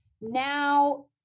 now